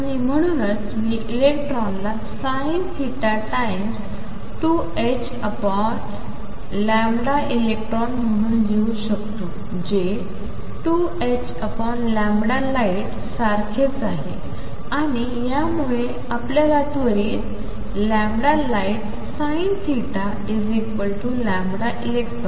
आणि म्हणूनच मी इलेक्ट्रॉनचा sinθ टाइम्स 2helectron म्हणून लिहू शकतो जे 2hlight सारखेच आहे आणि यामुळे आपल्याला त्वरित lightsinθ electron